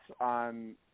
on